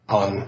on